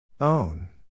Own